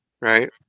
right